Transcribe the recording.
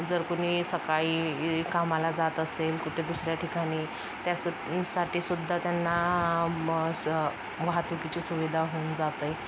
जर कुणी सकाळी ई कामाला जात असेल कुठे दुसऱ्या ठिकाणी त्या सु साठी सुद्धा त्यांना म स वाहतुकीची सुविधा होऊन जात आहे